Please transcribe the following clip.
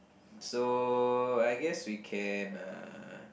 so I guess we can uh